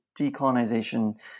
decolonization